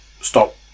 Stop